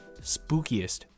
spookiest